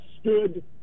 stood